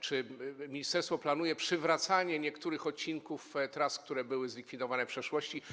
Czy ministerstwo planuje przywracanie niektórych odcinków tras, które zostały zlikwidowane w przeszłości?